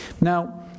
Now